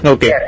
Okay